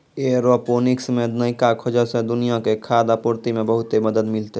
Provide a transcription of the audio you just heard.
aeroponics मे नयका खोजो से दुनिया के खाद्य आपूर्ति मे बहुते मदत मिलतै